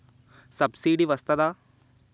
Subsidy వస్తదా?